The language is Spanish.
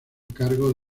cargo